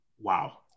Wow